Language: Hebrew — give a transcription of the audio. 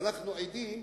ואנחנו עדים,